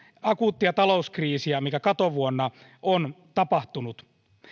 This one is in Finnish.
akuuttia talouskriisiä mikä katovuonna on tapahtunut